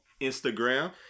Instagram